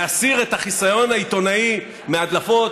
להסיר את החיסיון העיתונאי מהדלפות.